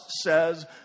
says